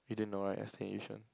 you didn't know right I staying yishun